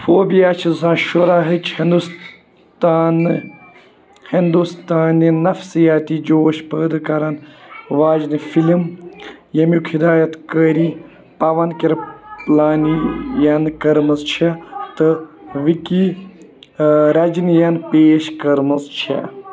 phobia چھِ زٕ ساس شُراہِچ ہِنٛدوستانہٕ ہِنٛدوستانہِ نفسِیاتی جوش پٲدٕ کَرَن واجنہِ فِلِم ییٚمیُک ہدایَت کٲری پَوَن کِرٛپَلانی یَن کٔرمٕژ چھےٚ تہٕ وِکی راجٕنِیَن پیٖش كٔرمٕژ چھےٚ